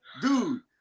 Dude